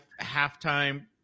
halftime